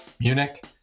munich